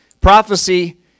Prophecy